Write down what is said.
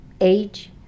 age